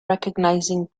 recognizing